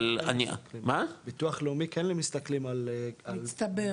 ביטוח לאומי, כן מסתכלים על משפחה.